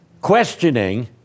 questioning